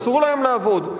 אסור להם לעבוד?